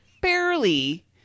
barely